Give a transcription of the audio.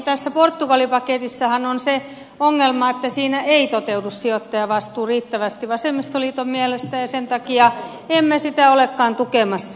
tässä portugali paketissahan on se ongelma että siinä ei toteudu sijoittajavastuu riittävästi vasemmistoliiton mielestä ja sen takia emme sitä olekaan tukemassa